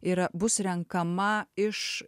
yra bus renkama iš